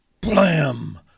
Blam